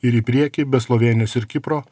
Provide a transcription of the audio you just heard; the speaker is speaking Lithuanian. ir į priekį be slovėnijos ir kipro